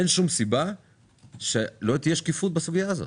אין שום סיבה שלא תהיה שקיפות בסוגיה הזאת.